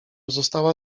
została